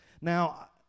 Now